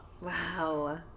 Wow